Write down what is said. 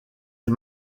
est